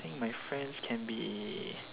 think my friends can be